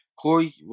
Corey